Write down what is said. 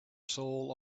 soul